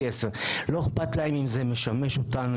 C10. לא אכפת להם אם זה משמש אותנו,